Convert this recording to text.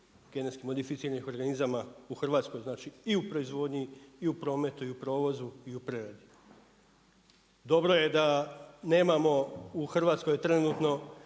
genetski modificiranih organizama u Hrvatskoj, znači i u proizvodnji i u prometu i u provozu i u preradi. Dobro je da nemamo u Hrvatskoj trenutno,